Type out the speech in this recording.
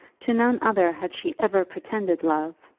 to none other had she ever pretended love.